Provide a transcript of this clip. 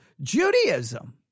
Judaism